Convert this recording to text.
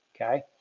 okay